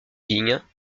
vignes